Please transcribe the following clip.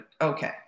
okay